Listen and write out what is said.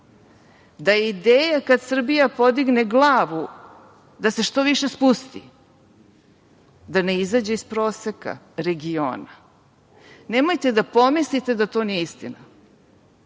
da je ideja kad Srbija podigne glavu, da se što više spusti, da ne izađe iz proseka regiona. Nemojte da pomislite da to nije istina,